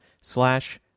slash